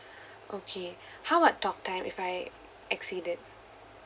okay how about talk time if I exceeded